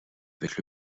avec